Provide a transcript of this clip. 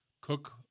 cook